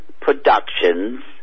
Productions